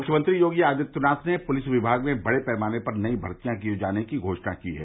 मुख्यमंत्री योगी आदित्यनाथ ने पुलिस विभाग में बड़े पैमाने पर नई भर्तियां किये जाने की घोषणा की है